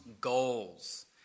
goals